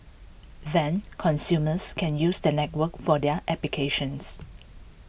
then consumers can use the network for their applications